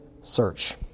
search